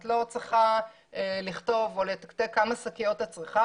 את לא צריכה לכתוב כמה שקיות את צריכה,